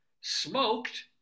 Smoked